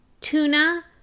tuna